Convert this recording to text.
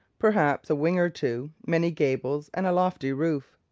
perhaps a wing or two, many gables, and a lofty roof.